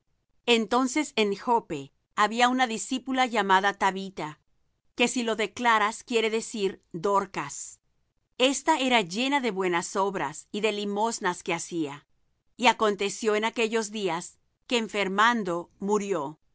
entonces en joppe había una discípula llamada tabita que si lo declaras quiere decir dorcas esta era llena de buenas obras y de limosnas que hacía y aconteció en aquellos días que enfermando murió